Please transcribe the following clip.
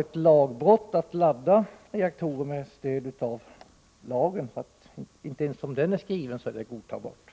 ett lagbrott att ladda reaktorerna — inte ens som denna lag är skriven är detta godtagbart.